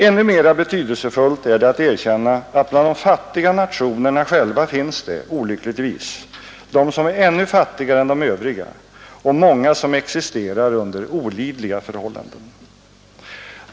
Ännu mera betydelsefullt är det att erkänna att bland de fattiga nationerna själva finns det, olyckligtvis, de som är ännu fattigare än de övriga och många som existerar under olidliga förhållanden.